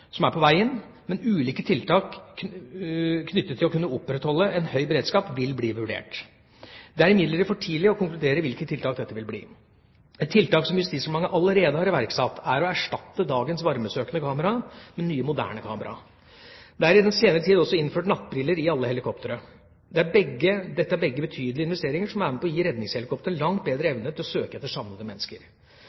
er på veg inn, men ulike tiltak knyttet til å kunne opprettholde høy beredskap vil bli vurdert. Det er imidlertid for tidlig å konkludere med hvilke tiltak dette vil bli. Et tiltak som Justisdepartementet allerede har iverksatt, er å erstatte dagens varmesøkende kamera med nye, moderne kamera. Det er i den senere tid også innført nattbriller i alle helikoptre. Dette er begge betydelige investeringer, som er med på å gi redningshelikoptrene langt bedre evne til å søke etter savnede mennesker.